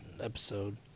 episode